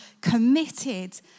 committed